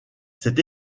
cette